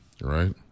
right